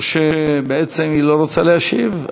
או שבעצם היא לא רוצה להשיב,